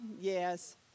Yes